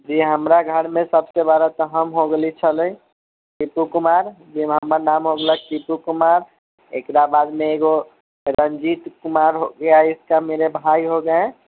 जी हमराघरमे सबसे बड़ा तऽ हम होइ गेलै छलए दीपू कुमार जे हमर नाम होगेले दीपू कुमार एकराबादमे एकगो रंजीत कुमार हो गया इसका मेरे भाई हो गए